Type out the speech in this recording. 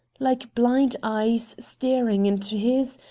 like blind eyes staring into his,